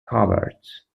coverts